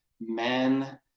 men